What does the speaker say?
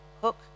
hook